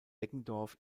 eggendorf